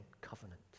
covenant